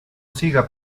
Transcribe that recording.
siga